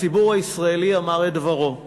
הציבור הישראלי אמר את דברו,